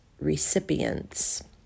recipients